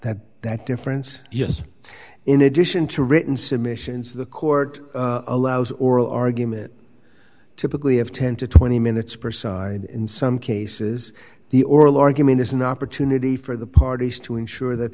understand that difference yes in addition to written submissions the court allows oral argument typically have ten to twenty minutes per side in some cases the oral argument is an opportunity for the parties to ensure that